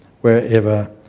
wherever